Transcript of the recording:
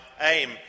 aim